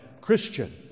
Christian